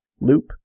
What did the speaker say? loop